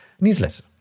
newsletter